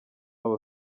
aba